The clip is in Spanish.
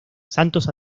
santos